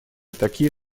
такие